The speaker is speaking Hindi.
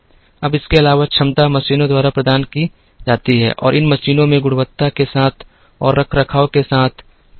अब इसके अलावा क्षमता मशीनों द्वारा प्रदान की जाती है और इन मशीनों में गुणवत्ता के साथ और रखरखाव के साथ संबंध हैं